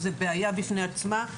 זו בעיה בפני עצמה.